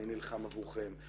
אני נלחם עבורכם,